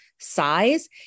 Size